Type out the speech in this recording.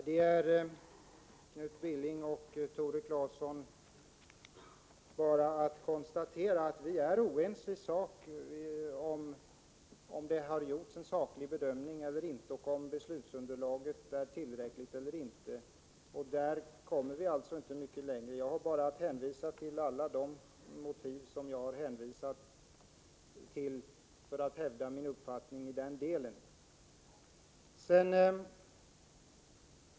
Herr talman! Det är bara att konstatera, Knut Billing och Tore Claeson, att vi är oense om huruvida det har gjorts en fullständig beredning eller inte och om beslutsunderlaget är tillräckligt eller inte. I det avseendet kommer vi alltså inte mycket längre. Jag har bara att hänvisa till alla de motiv som jag tidigare har hänvisat till för att hävda min uppfattning att så varit fallet.